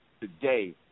today